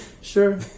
Sure